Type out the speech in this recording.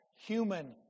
human